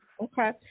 Okay